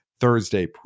Thursday